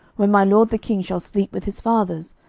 when my lord the king shall sleep with his fathers,